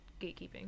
gatekeeping